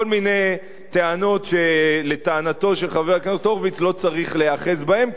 כל מיני טענות שלטענתו של חבר הכנסת הורוביץ לא צריך להיאחז בהן,